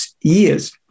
years